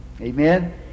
Amen